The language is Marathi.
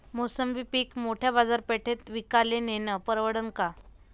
मोसंबी पीक मोठ्या बाजारपेठेत विकाले नेनं परवडन का?